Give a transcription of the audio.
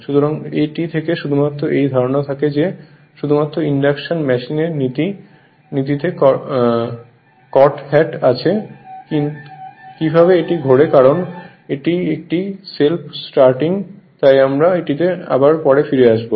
সুতরাং এটি থেকে শুধুমাত্র এই ধারণা থাকে যে শুধুমাত্র ইন্ডাকশন মেশিনের নীতিতে কট হ্যাট আছে কিভাবে এটি ঘোরে কারণ এটি একটি সেলফ স্টারটিং তাই আমরা এটিতে পরে আবার ফিরে আসব